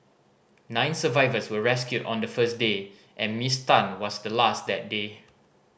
nine survivors were rescued on the first day and Miss Tan was the last that day